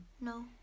No